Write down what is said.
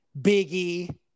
Biggie